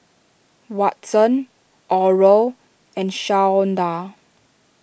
Watson Oral and Shawnda